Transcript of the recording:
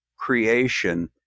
creation